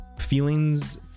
feelings